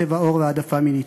צבע עור והעדפה מינית.